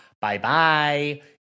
bye-bye